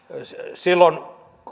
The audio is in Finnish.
silloin